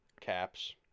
Caps